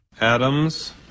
Adams